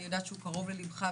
אני יודעת שהוא קרוב לליבך,